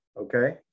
Okay